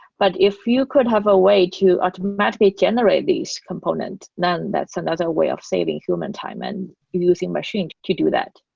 but if you could have a way to automatically generate these components, then that's another way of saving human time and using machine to do that.